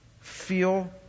feel